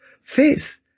faith